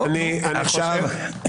תודה.